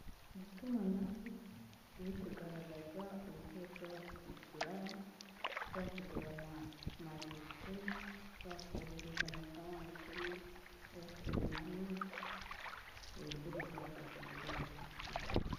Ni itumanaho riri kugaragaza uburyo bashobora kwishyura, ushobora kugura amiyinite, ushobora kohereza amafaranga kuri Airtel money, uburyo bugaragaza uburyo wakwishyura.